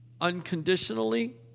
Unconditionally